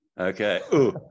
okay